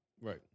Right